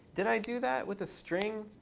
did i do that with a string,